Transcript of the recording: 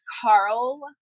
Carl